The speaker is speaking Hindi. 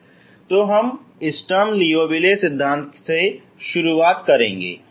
इसलिए हम स्टर्म लिओविले सिद्धांत से शुरुआत करेंगे